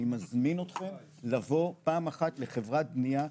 אני מזמין אותכם לבוא פעם אחת לחברת בנייה,